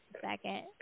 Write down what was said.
second